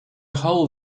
hole